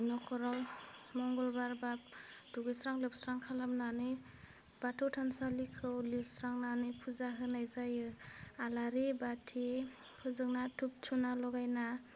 नख'राव मंगलबारबा दुगैस्रां लोबस्रां खालामनानै बाथौ थानसालिखौ लिरस्रांनानै फुजा होनाय जायो आलारि बाथि फोजोंना धुप धुना लगायना